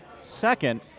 Second